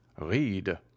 read